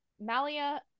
Malia